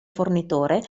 fornitore